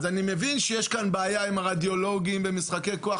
אני מבין שיש כאן בעיה עם הרדיולוגים ומשחקי כוח,